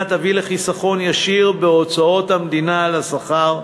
תביא לחיסכון ישיר בהוצאות המדינה על השכר.